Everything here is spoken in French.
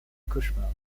cauchemar